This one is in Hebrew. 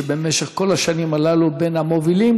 שבמשך כל השנים האלה הוא בין המובילים,